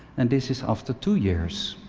and this is after two years.